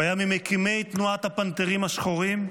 הוא היה ממקימי תנועת הפנתרים השחורים,